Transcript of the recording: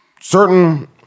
certain